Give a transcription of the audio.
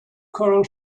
coral